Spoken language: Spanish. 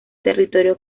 territorio